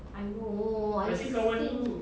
I know I've seen